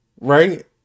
Right